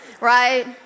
right